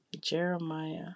Jeremiah